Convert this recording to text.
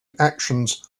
actions